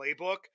playbook